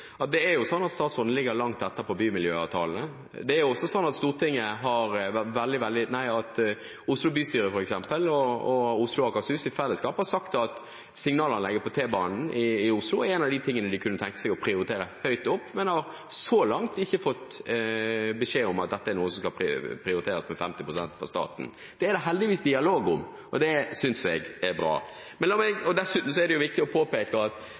at statsråden ligger langt etter på bymiljøavtalene. Oslo bystyre og Oslo og Akershus i fellesskap har også sagt at signalanlegget på T-banen i Oslo er en av de tingene de kunne tenke seg å prioritere høyt opp, men de har så langt ikke fått beskjed om at dette er noe som skal prioriteres med 50 pst. fra staten. Det er det heldigvis dialog om, og det synes jeg er bra. Dessuten er det viktig å påpeke at